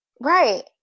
Right